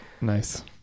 Nice